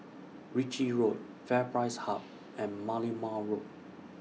Ritchie Road FairPrice Hub and Merlimau Road